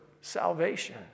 salvation